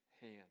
hand